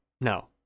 No